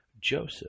joseph